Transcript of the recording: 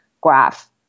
graph